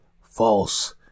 false